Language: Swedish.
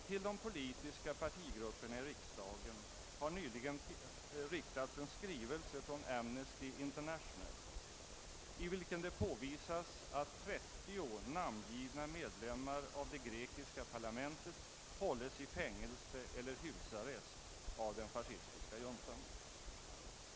Till de politiska partigrupperna i riksdagen har nyligen riktats en skrivelse från Amnesty International, i vilken påvisas att 30 namngivna medlemmar av det grekiska parlamentet hålles i fängelse eller i husarrest av den fascistiska juntan.